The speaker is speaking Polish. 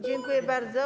Dziękuję bardzo.